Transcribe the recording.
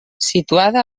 situada